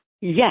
Yes